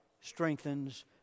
Strengthens